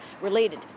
related